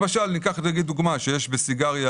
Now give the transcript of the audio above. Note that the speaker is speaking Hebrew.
למשל, אם בסיגריה